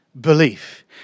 Belief